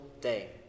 day